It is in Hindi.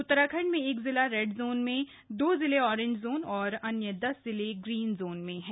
उत्तराखंड में एक जिला रेड जोन दो जिले ऑरेंज जोन और अन्य दस जिले ग्रीन जोन में हैं